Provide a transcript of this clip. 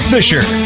Fisher